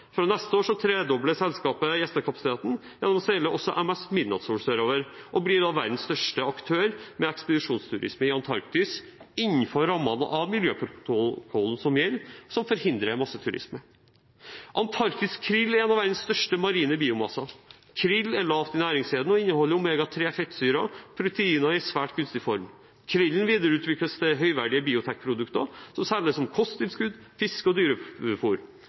sørover og blir da verdens største aktør med ekspedisjonsturisme i Antarktis – innenfor rammene av miljøprotokollen som gjelder, og som forhindrer masseturisme. Antarktisk krill er en av verdens største marine biomasser. Krill er lavt i næringskjeden og inneholder omega-3-fettsyrer og proteiner i en svært gunstig form. Krillen videreutvikles til høyverdige biotekprodukter som selges som kosttilskudd, fiskefôr og